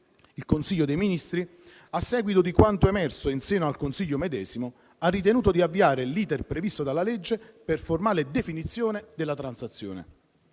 Il Consiglio dei ministri, a seguito di quanto emerso in seno al Consiglio medesimo, ha ritenuto di avviare l'*iter* previsto dalla legge per formale definizione della transazione.